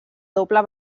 doble